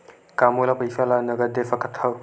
का मोला पईसा ला नगद दे सकत हव?